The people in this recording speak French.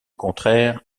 contraire